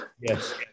Yes